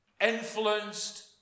influenced